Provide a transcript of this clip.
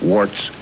Warts